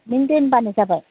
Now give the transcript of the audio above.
नों दोनबानो जाबाय